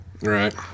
Right